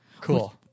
cool